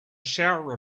shower